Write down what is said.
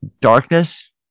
Darkness